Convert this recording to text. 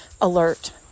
alert